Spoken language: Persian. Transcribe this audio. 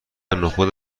نخود